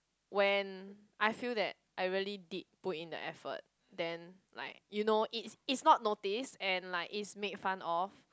when I feel that I really did put in the effort then like you know it's it's not noticed and like it's made fun of